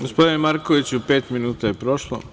Gospodine Markoviću, pet minuta je prošlo.